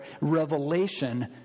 revelation